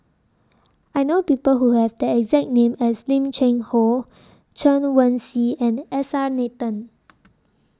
I know People Who Have The exact name as Lim Cheng Hoe Chen Wen Hsi and S R Nathan